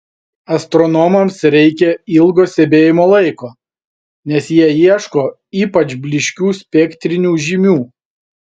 astronomams reikia ilgo stebėjimo laiko nes jie ieško ypač blyškių spektrinių žymių